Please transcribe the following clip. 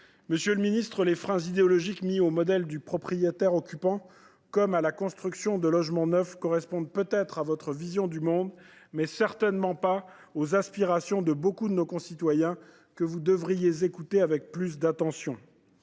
Monsieur le ministre, les freins idéologiques mis au modèle du propriétaire occupant comme à la construction de logements neufs correspondent peut être à votre vision du monde, mais ils ne répondent certainement pas aux aspirations de nombre de nos concitoyens, que vous devriez écouter avec plus d’attention.